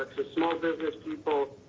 small business people,